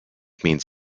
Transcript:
means